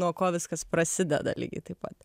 nuo ko viskas prasideda lygiai taip pat